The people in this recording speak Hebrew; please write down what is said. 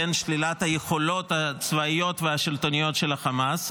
שלילת היכולות הצבאיות והשלטוניות של החמאס,